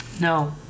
No